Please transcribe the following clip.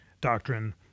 doctrine